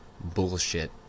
bullshit